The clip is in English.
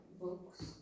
books